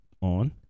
on